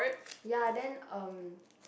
ya then um